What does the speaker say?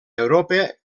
europa